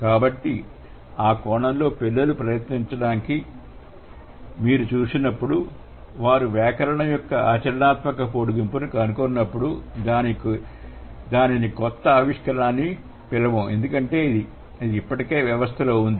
కాబట్టి ఆ కోణంలో పిల్లలు ప్రయత్నించడాన్ని మీరు చూసినప్పుడు లేదా వారు వ్యాకరణం యొక్క ఆచరణాత్మక పొడిగింపును కనుగొన్నప్పుడు దానిని కొత్త ఆవిష్కరణ అని పిలవము ఎందుకంటే ఇది ఇప్పటికే వ్యవస్థలో ఉంది